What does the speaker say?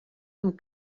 amb